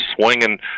swinging